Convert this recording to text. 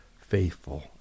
faithful